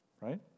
right